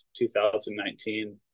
2019